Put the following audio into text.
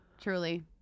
Truly